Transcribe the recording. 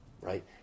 Right